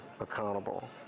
accountable